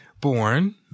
Born